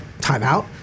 timeout